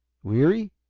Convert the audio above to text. weary?